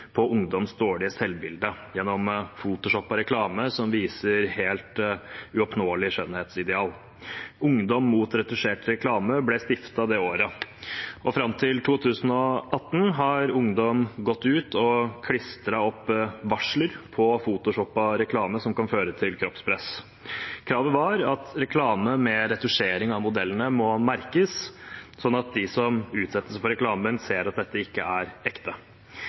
på ungdoms dårlige selvbilde gjennom Photoshop og reklame som viser helt uoppnåelige skjønnhetsidealer. Ungdom mot Retusjert Reklame ble stiftet det året. Fram til 2018 har ungdom gått ut og klistret opp varsler på photoshoppet reklame som kan føre til kroppspress. Kravet var at reklame med retusjering av modellene må merkes, sånn at de som utsettes for reklamen, ser at dette ikke er ekte.